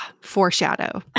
foreshadow